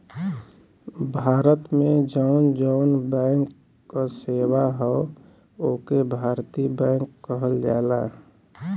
भारत में जौन जौन बैंक क सेवा हौ ओके भारतीय बैंक कहल जाला